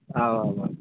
आमामाम्